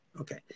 Okay